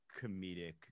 comedic –